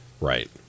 Right